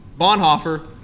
Bonhoeffer